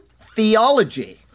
theology